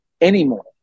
anymore